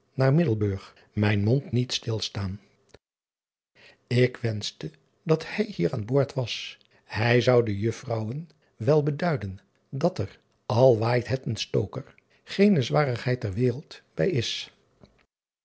naar iddelburg mijn mond niet stilstaan k wenschte dat hij hier aan boord was hij zou de uffrouwen wel beduiden dat er al waait het een stoker geene zwarigheid ter wereld bij is